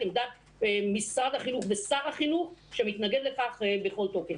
את עמדת משרד החינוך ושר החינוך שמתנגד לכך בכל תוקף.